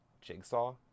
jigsaw